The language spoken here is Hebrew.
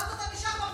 ואז אתה נשאר בפלילי,